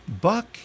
Buck